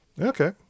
Okay